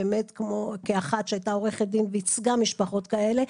כאחת שהייתה עורכת דין וייצגה משפחות כאלה,